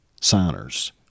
signers